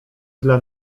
dla